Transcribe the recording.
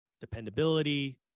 dependability